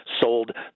sold